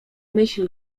myśl